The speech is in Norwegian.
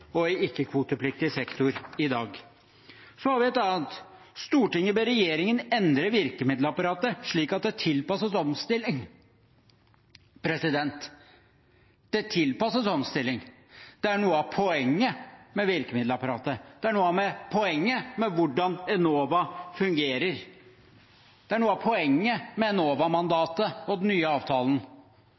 og i ikke-kvotepliktig sektor i dag. Så er det et annet: «Stortinget ber regjeringen endre virkemiddelapparatet slik at det tilpasses omstilling.» Det tilpasses omstilling. Det er noe av poenget med virkemiddelapparatet. Det er noe av poenget med hvordan Enova fungerer. Det er noe av poenget med Enova-mandatet og den nye avtalen.